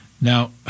Now